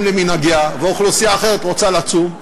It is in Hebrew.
למנהגיה ואוכלוסייה אחרת רוצה לצום,